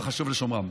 וחשוב לשומרם.